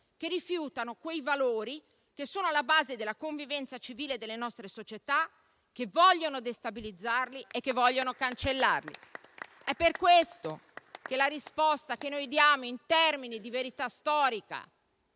che rifiutano quei valori che sono alla base della convivenza civile delle nostre società, che vogliono destabilizzarli e cancellarli. È per questo che la risposta che noi diamo in termini di verità storica